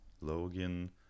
Logan